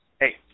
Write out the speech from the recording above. hey